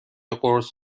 قرص